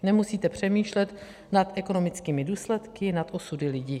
Nemusíte přemýšlet nad ekonomickými důsledky, nad osudy lidí.